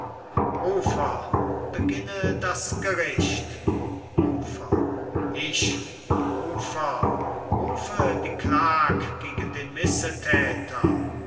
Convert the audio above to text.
rufer beginne das gericht rufer ich rufer rufe die klag gegen den missetäter